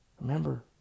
Remember